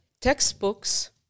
textbooks